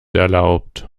erlaubt